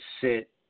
sit